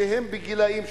שהם בגילאים שונים,